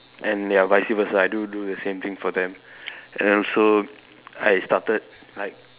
and ya vice versa I do do the same thing for them and I also I started like